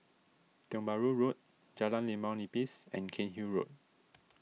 Tiong Bahru Road Jalan Limau Nipis and Cairnhill Road